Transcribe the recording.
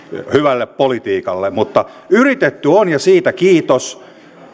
hyvälle politiikalle mutta yritetty on ja siitä kiitos